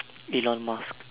elon musk